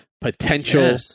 potential